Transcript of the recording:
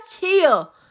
heal